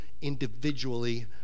individually